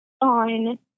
on